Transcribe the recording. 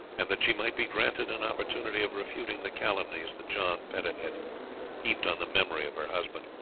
and that she might be granted an opportunity of refuting the calumnies that john petit had heaped on the memory of her husband.